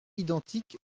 identique